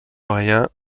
rien